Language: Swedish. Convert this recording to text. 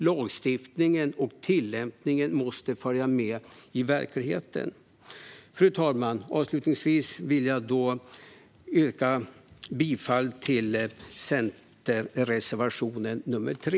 Lagstiftningen och tillämpningen måste följa med verkligheten. Fru talman! Avslutningsvis vill jag yrka bifall till Centerpartiets reservation 3.